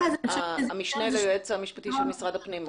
המשנה ליועץ המשפטי של משרד הפנים.